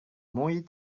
mooie